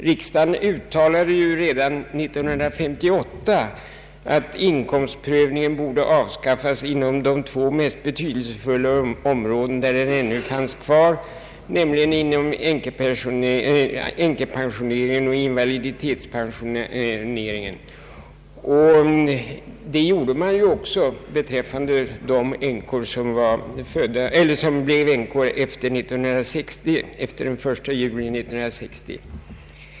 Riksdagen uttalade ju redan 1958 att inkomstprövningen borde avskaffas inom de två mest betydelsefulla områden, där den ännu fanns kvar, nämligen beträffande änkepensioneringen och invalidpensioneringen. Man avskaffade den också beträffande dem som blev änkor efter den 1 juli 1960.